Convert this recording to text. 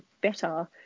better